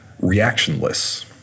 reactionless